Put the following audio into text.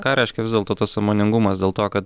ką reiškia vis dėlto tas sąmoningumas dėl to kad